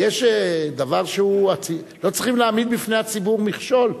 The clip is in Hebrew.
לא צריכים להעמיד בפני הציבור מכשול.